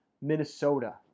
Minnesota